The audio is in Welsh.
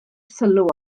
sylw